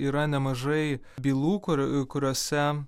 yra nemažai bylų kur kuriose